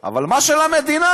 אבל מה של המדינה,